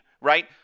right